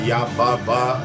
Yababa